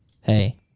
Hey